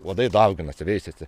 uodai dauginasi veisiasi